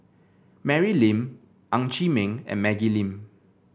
Mary Lim Ng Chee Meng and Maggie Lim